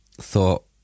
Thought